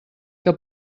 que